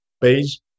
page